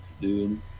dude